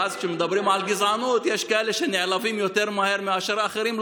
ואז כשמדברים על גזענות יש כאלה שנעלבים יותר מהר מאשר אחרים,